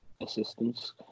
assistance